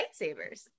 lightsabers